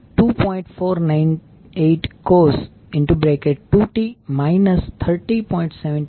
498 cos 2t 30